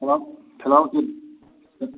فِلحال